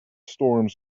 storms